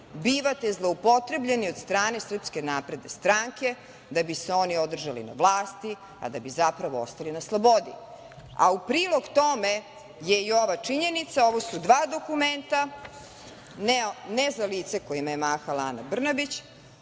bivate zloupotrebljeni od strane SNS, da bi se oni održali na vlasti, a da bi zapravo ostali na slobodi.U prilog tome je i ova činjenica, ovo su dva dokumenta, ne za lica kojima je mahala Ana Brnabić,